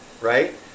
right